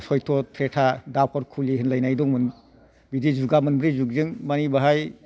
सय्त' थ्रेथा दापर खलि होनलायनाय दंमोन बिदि जुगा मोनब्रै जुगजों मानि बेहाय